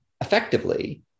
effectively